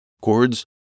chords